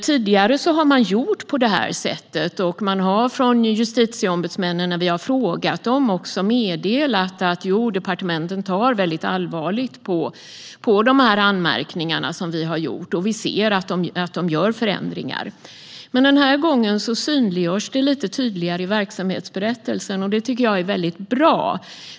Tidigare har man gjort på samma sätt, och justitieombudsmännen har, när vi har frågat, meddelat att departementen tar väldigt allvarligt på dessa anmärkningar och man kan se att förändringar görs. Denna gång synliggörs dock detta lite tydligare i ämbetsberättelsen, vilket jag tycker är bra.